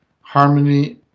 harmony